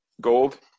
gold